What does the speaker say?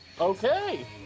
Okay